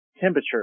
temperature